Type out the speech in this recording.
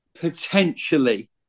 potentially